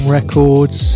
Records